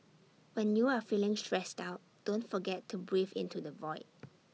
when you are feeling stressed out don't forget to breathe into the void